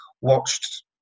watched